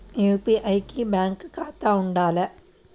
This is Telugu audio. యూ.పీ.ఐ కి బ్యాంక్ ఖాతా ఉండాల?